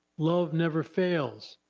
love never fails.